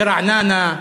ברעננה,